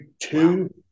two